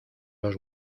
dos